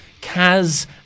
Kaz